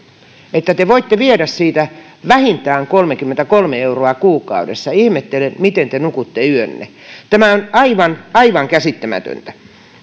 te voitte viedä siitä vähintään kolmekymmentäkolme euroa kuukaudessa ihmettelen miten te nukutte yönne tämä on aivan aivan käsittämätöntä